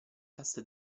test